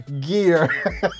gear